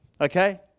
Okay